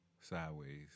sideways